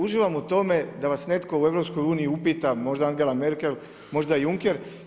Uživam u tome da vas netko u EU upita, možda Agela Merkel, možda Juncker.